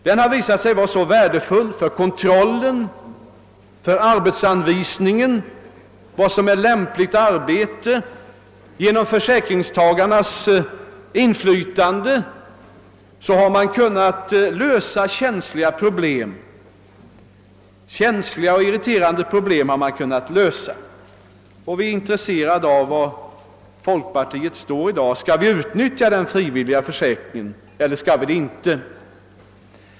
Den har visat sig vara värdefull för kontrollen och för arbetsanvisningen till lämpligt arbete, och tack vare försäkringstagarnas inflytande har känsliga och irriterande problem kunnat lösas. Vi är intresserade av att få veta var folkpartiet står i dag. Anser folkpartiet att vi bör utnyttja den frivilliga försäkringen, eller skall vi inte göra det?